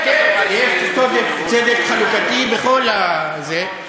כן, יש צדק חלוקתי בכל זה.